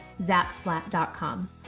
Zapsplat.com